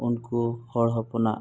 ᱩᱱᱠᱩ ᱦᱚᱲ ᱦᱚᱯᱚᱱᱟᱜ